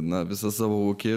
na visą savo ūkį